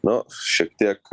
nu šiek tiek